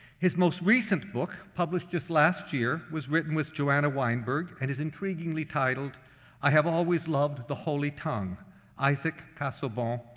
his most recent book, published just last year, was written with joanna weinberg and is intriguingly titled i have always loved the holy tongue isaac casaubon,